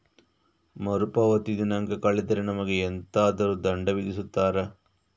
ಮರುಪಾವತಿ ದಿನಾಂಕ ಕಳೆದರೆ ನಮಗೆ ಎಂತಾದರು ದಂಡ ವಿಧಿಸುತ್ತಾರ?